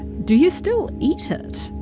do you still eat it?